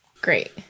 great